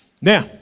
Now